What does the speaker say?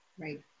Right